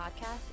Podcast